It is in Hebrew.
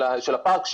של הפארק,